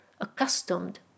accustomed